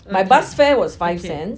my bus fare was five cents